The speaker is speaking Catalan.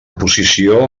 posició